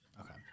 Okay